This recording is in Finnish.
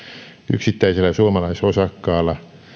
yksittäisellä suomalaisosakkaalla